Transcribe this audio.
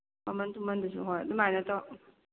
ꯃꯃꯟ ꯁꯨꯃꯟꯗꯨꯁꯨ ꯍꯣꯏ ꯑꯗꯨꯃꯥꯏꯅ ꯇꯧꯔꯣ